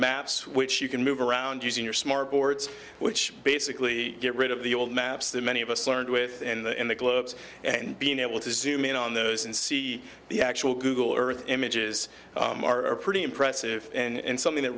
maps which you can move around using your smart boards which basically get rid of the old maps that many of us learned with in the in the globes and being able to zoom in on those and see the actual google earth images are pretty impressive and something that